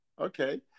Okay